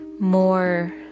more